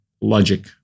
logic